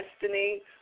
destiny